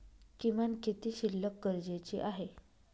किमान किती शिल्लक गरजेची आहे?